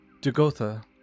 Dugotha